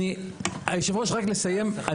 יושב הראש, רק לסיים.